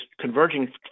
converging